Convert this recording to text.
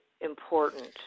important